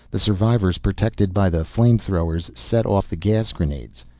the survivors, protected by the flame-throwers, set off the gas grenades.